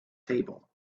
table